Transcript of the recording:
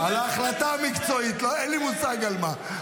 על ההחלטה המקצועית, אין לי מושג על מה.